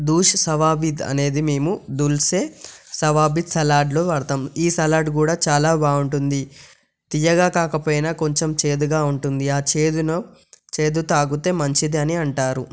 దూషి సవాభిద్ అనేది మేము దుల్సే సవాబి సలాడ్లో వాడతాం ఈ సలాడ్ కూడా చాలా బాగుంటుంది తియ్యగా కాకపోయినా కొంచెం చేదుగా ఉంటుంది ఆ చేదును చేదు తాగుతే మంచిది అని అంటారు